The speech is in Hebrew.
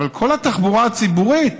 אבל כל התחבורה הציבורית